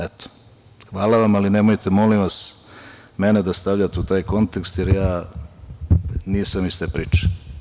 Eto, hvala vam, ali nemojte molim vas mene da stavljate u taj kontekst, jer ja nisam iz te priče.